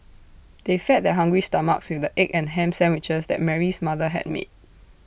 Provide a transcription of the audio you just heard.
they fed their hungry stomachs with the egg and Ham Sandwiches that Mary's mother had made